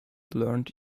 learned